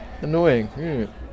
annoying